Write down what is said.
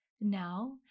Now